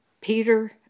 Peter